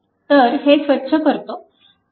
तर हे स्वच्छ करतो